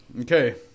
Okay